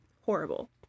Horrible